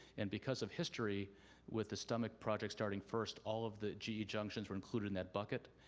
and because of history with the stomach project starting first, all of the ge junctions were included in that bucket,